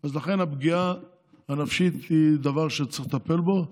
אז לכן הפגיעה הנפשית היא דבר שצריך לטפל בו,